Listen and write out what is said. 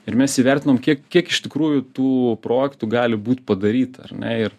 ir mes įvertinam kiek kiek iš tikrųjų tų projektų gali būt padaryta ar ne ir